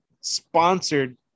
sponsored